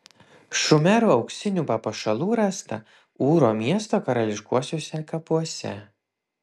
šumerų auksinių papuošalų rasta ūro miesto karališkuosiuose kapuose